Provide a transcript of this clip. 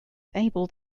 able